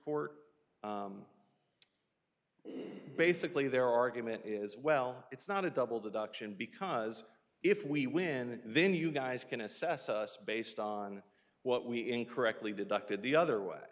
court basically their argument is well it's not a double deduction because if we win then you guys can assess us based on what we incorrectly deducted the other way